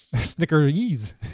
Snickers